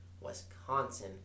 Wisconsin